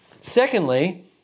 Secondly